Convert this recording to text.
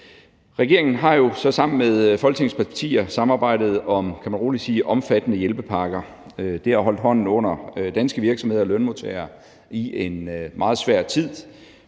Regeringen har jo så sammen med Folketingets partier samarbejdet om – kan man rolig sige – omfattende hjælpepakker, og det har holdt hånden under danske virksomheder og lønmodtagere i en meget svær tid